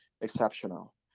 exceptional